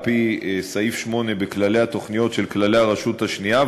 על-פי סעיף 8 בכללי התוכניות של כללי הרשות השנייה,